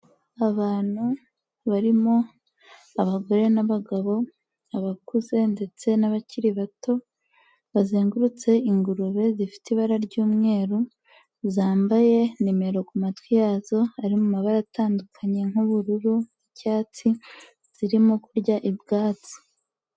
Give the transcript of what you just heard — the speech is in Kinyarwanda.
Abantu barimo abagore n'abagabo, abakuze ndetse n'abakiri bato, bazengurutse ingurube zifite ibara ry'umweru, zambaye nimero ku matwi yazo ari mu mabara atandukanye nk'ubururu, icyatsi, zirimo kurya ibyatsi.